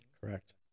Correct